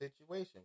situation